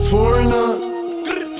Foreigner